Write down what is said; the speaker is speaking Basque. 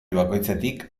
bakoitzetik